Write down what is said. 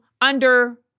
under-